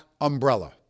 umbrella